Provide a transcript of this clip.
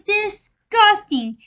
disgusting